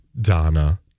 Donna